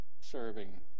serving